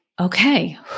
okay